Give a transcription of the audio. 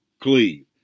cleave